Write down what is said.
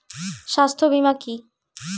স্বাস্থ্য বীমা কি?